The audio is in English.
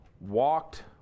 walked